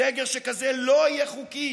סגר שכזה לא יהיה חוקי,